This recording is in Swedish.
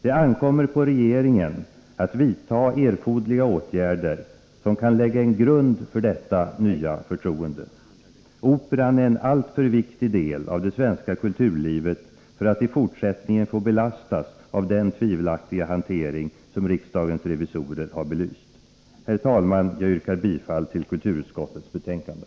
Det ankommer på regeringen att vidta erforderliga åtgärder som kan lägga en grund för detta nya förtroende. Operan är en alltför viktig del av det svenska kulturlivet för att i fortsättningen få belastas av den tvivelaktiga hantering som riksdagens revisorer har belyst. Herr talman! Jag yrkar bifall till hemställan i kulturutskottets betänkande.